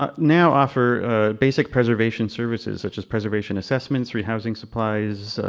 but now offer basic preservation services, such as preservation assessments, rehousing supplies,